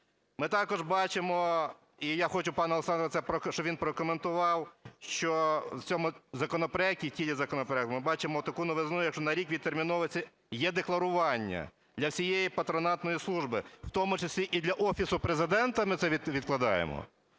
Ми також бачимо і я хочу, пане Олександре, щоб він прокоментував, що в цьому законопроекті, в тілі законопроекту, ми бачимо таку новизну, якщо на рік відтерміновується е-декларування для всієї патронатної служби. В тому числі і для Офісу Президента ми це відкладаємо?